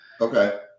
Okay